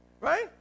right